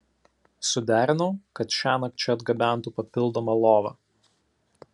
suderinau kad šiąnakt čia atgabentų papildomą lovą